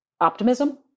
optimism